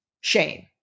shame